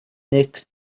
next